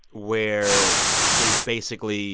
where they basically